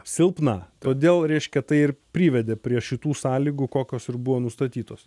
silpna todėl reiškia tai ir privedė prie šitų sąlygų kokios ir buvo nustatytos